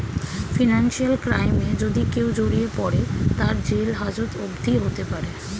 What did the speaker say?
financial ক্রাইমে যদি কেও জড়িয়ে পরে, তার জেল হাজত অবদি হতে পারে